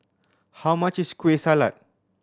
how much is Kueh Salat